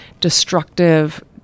destructive